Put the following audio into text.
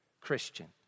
Christian